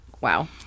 Wow